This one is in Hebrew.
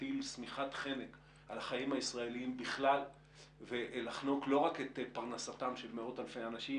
הטלת שמיכת חנק על החיים הישראלים ולחנוק את פרנסת האזרחים,